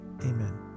Amen